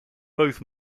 both